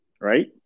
right